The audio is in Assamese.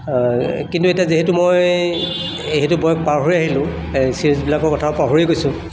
কিন্তু এতিয়া যিহেতু মই এই সেইটো বয়স পাৰ হৈ আহিলোঁ এই চিৰিজবিলাকৰ কথাও পাহৰি গৈছোঁ